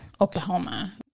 Oklahoma